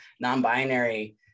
non-binary